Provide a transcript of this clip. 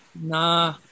nah